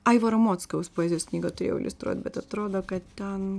aivaro mockaus poezijos knygą turėjau iliustruot bet atrodo kad ten